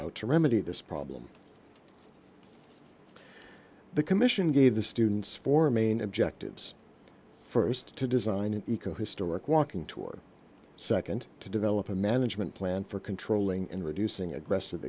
out to remedy this problem the commission gave the students four main objectives st to design an eco historic walking tour nd to develop a management plan for controlling and reducing aggressive